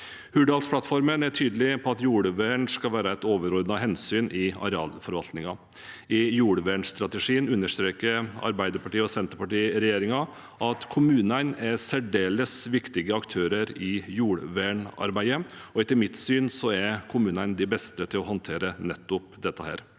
Hurdalsplattformen er tydelig på at jordvern skal være et overordnet hensyn i arealforvaltningen. I jordvernstrategien understreker Arbeiderparti–Senterpartiregjeringen at kommunene er særdeles viktige aktører i jordvernarbeidet, og etter mitt syn er kommunene de beste til å håndtere nettopp dette.